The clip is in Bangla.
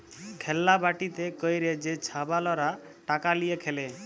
খেল্লা বাটিতে ক্যইরে যে ছাবালরা টাকা লিঁয়ে খেলে